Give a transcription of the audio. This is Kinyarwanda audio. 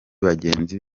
bagenzi